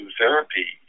therapy